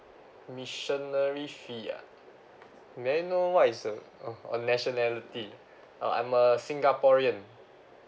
missionary fee ah may I know what is the uh uh nationality uh I'm a singaporean